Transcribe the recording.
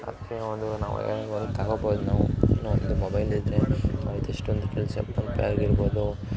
ಅದಕ್ಕೆ ಒಂದು ನಾವು ತಗೋಬೌದು ನಾವು ಇನ್ನೊಂದು ಮೊಬೈಲಿದ್ದರೆ ಆಯ್ತು ಎಷ್ಟೊಂದು ಕೆಲಸ ಫೋನ್ಪೇ ಆಗಿರ್ಬೌದು